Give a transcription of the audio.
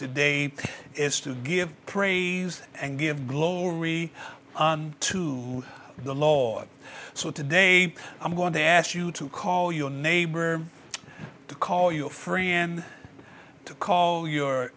today is to give praise and give glory to the law so today i'm going to ask you to call your neighbor to call your friend to call your